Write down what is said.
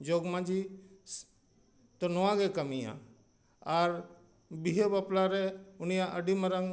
ᱡᱚᱜᱽ ᱢᱟᱺᱡᱷᱤ ᱫᱚ ᱱᱚᱣᱟᱜᱮ ᱠᱟᱹᱢᱤᱭᱟᱭ ᱟᱨ ᱵᱤᱦᱟᱹ ᱵᱟᱯᱞᱟ ᱨᱮ ᱩᱱᱤᱭᱟᱜ ᱟᱹᱰᱤ ᱢᱟᱨᱟᱝ